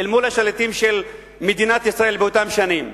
אל מול השליטים של מדינת ישראל באותן שנים.